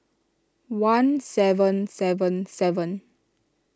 one seven seven seven